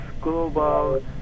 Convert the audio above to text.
global